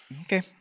Okay